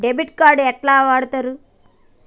Debit card ఎట్లా వాడుతరు?